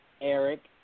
Eric